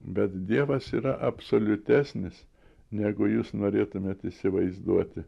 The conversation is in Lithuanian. bet dievas yra absoliutesnis negu jūs norėtumėt įsivaizduoti